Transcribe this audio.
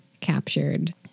captured